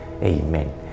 Amen